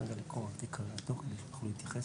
להתייחס